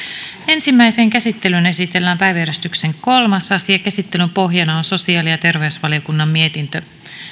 ensimmäiseen käsittelyyn esitellään päiväjärjestyksen kolmas asia käsittelyn pohjana on sosiaali ja terveysvaliokunnan mietintö